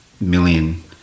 million